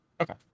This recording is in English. Okay